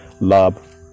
Love